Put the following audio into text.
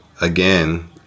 again